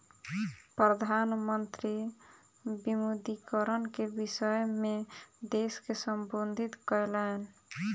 प्रधान मंत्री विमुद्रीकरण के विषय में देश के सम्बोधित कयलैन